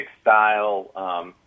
style